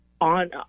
on